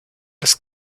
des